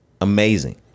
amazing